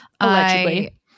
Allegedly